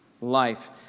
life